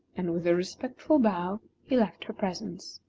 and with a respectful bow he left her presence.